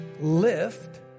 lift